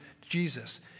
Jesus